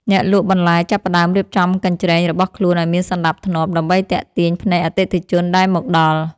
អ្នកលក់បន្លែចាប់ផ្ដើមរៀបចំកញ្ច្រែងរបស់ខ្លួនឱ្យមានសណ្ដាប់ធ្នាប់ដើម្បីទាក់ទាញភ្នែកអតិថិជនដែលមកដល់។